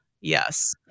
yes